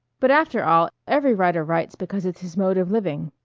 but after all every writer writes because it's his mode of living.